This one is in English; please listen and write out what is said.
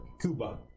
Cuba